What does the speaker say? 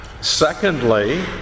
secondly